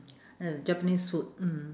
japanese food mm